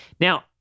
Now –